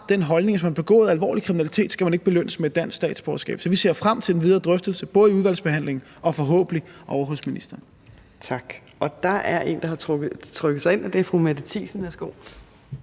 hvis man har begået alvorlig kriminalitet, skal man ikke belønnes med et dansk statsborgerskab. Så vi ser frem til den videre drøftelse, både i udvalgsbehandlingen og forhåbentlig ovre hos ministeren. Kl. 13:49 Fjerde næstformand (Trine Torp): Tak, og der er en, der har